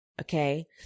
Okay